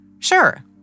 Sure